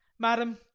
madam,